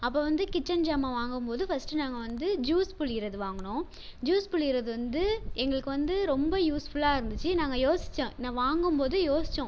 அப்போ வந்து கிட்சன் ஜாமான் வாங்கும்போது ஃபர்ஸ்ட்டு நாங்கள் வந்து ஜூஸ் புழியறது வாங்கினோம் ஜூஸ் புழியறது வந்து எங்களுக்கு வந்து ரொம்ப யூஸ்ஃபுல்லாகருந்துச்சு நாங்கள் யோசித்தோம் வாங்கும் போது யோசித்தோம்